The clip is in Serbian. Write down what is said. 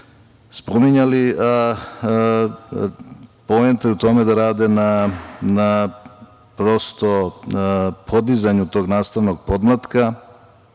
spominjali, poenta je u tome da rade na podizanju tog nastavnog podmlatka